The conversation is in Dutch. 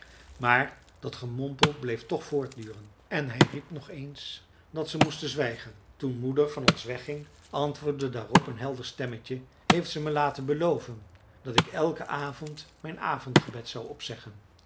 maar dat gemompel bleef toch voortduren en hij riep nog eens dat ze moesten zwijgen toen moeder van ons wegging antwoordde daarop een helder stemmetje heeft ze me laten beloven dat ik elken avond mijn avondgebed zou opzeggen